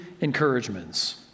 encouragements